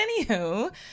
anywho